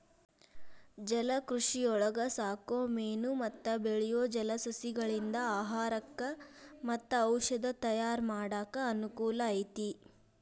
ಜಲಕೃಷಿಯೊಳಗ ಸಾಕೋ ಮೇನು ಮತ್ತ ಬೆಳಿಯೋ ಜಲಸಸಿಗಳಿಂದ ಆಹಾರಕ್ಕ್ ಮತ್ತ ಔಷದ ತಯಾರ್ ಮಾಡಾಕ ಅನಕೂಲ ಐತಿ